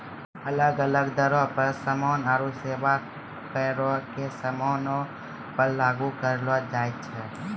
अलग अलग दरो पे समान आरु सेबा करो के समानो पे लागू करलो जाय छै